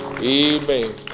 Amen